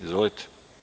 Izvolite.